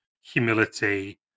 humility